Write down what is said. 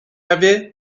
avait